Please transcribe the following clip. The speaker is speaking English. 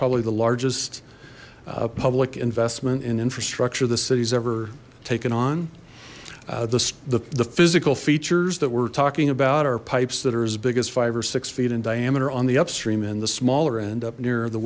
probably the largest public investment in infrastructure the city has ever taken on this the the physical features that we're talking about are pipes that are as big as five or six feet in diameter on the upstream in the smaller end up near the